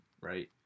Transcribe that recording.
right